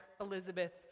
Elizabeth